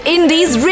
Indies